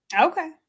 Okay